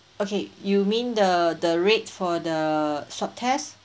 okay you mean the the rate for the short test